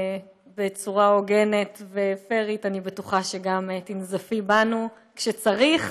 בצורה הוגנת ופיירית אני בטוחה שגם תנזפי בנו כשצריך,